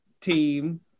team